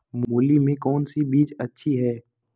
मूली में कौन सी बीज अच्छी है?